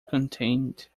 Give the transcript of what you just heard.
contained